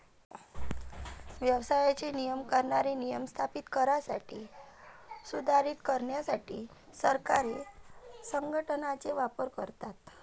व्यवसायाचे नियमन करणारे नियम स्थापित करण्यासाठी, सुधारित करण्यासाठी सरकारे संघटनेचा वापर करतात